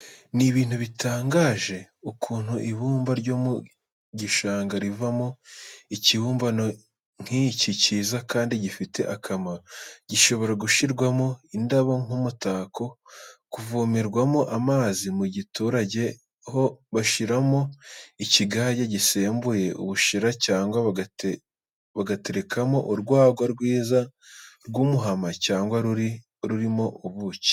Ni ibintu bitangaje ukuntu ibumba ryo mu gishanga rivamo ikibumbano nk'icyi cyiza kandi gifite akamaro, gishobora gushyirwamo indabo nk'umutako, kuvomerwamo amazi, mu giturage ho bashigishiramo ikigage gisembuye, ubushera cyangwa bagaterekamo urwagwa rwiza rw'umuhama cyangwa rurimo ubuki.